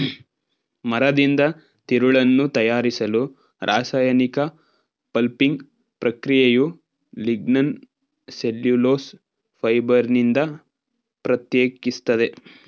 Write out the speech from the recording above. ಮರದಿಂದ ತಿರುಳನ್ನು ತಯಾರಿಸಲು ರಾಸಾಯನಿಕ ಪಲ್ಪಿಂಗ್ ಪ್ರಕ್ರಿಯೆಯು ಲಿಗ್ನಿನನ್ನು ಸೆಲ್ಯುಲೋಸ್ ಫೈಬರ್ನಿಂದ ಪ್ರತ್ಯೇಕಿಸ್ತದೆ